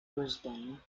brisbane